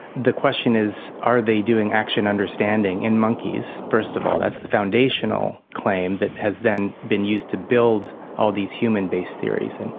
the question is, are they doing action understanding in monkeys first of all, that's the foundational claim that has then been used to build all these human-based theories. and